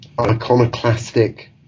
iconoclastic